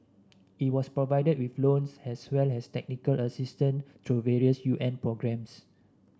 it was provided with loans as well as technical assistance through various U N programmes